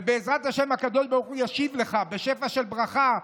ובעזרת השם הקדוש ברוך הוא ישיב לך בשפע של ברכה,